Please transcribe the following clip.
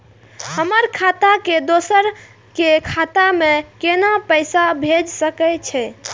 हमर खाता से दोसर के खाता में केना पैसा भेज सके छे?